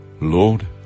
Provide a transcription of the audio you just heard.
lord